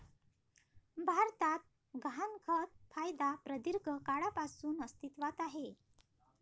भारतात गहाणखत कायदा प्रदीर्घ काळापासून अस्तित्वात आहे